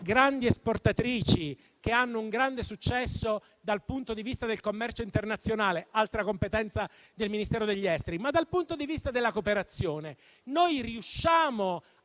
grandi esportatrici, che hanno un grande successo dal punto di vista del commercio internazionale, altra competenza del Ministero degli affari esteri? Dal punto di vista della cooperazione, noi riusciamo